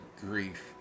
grief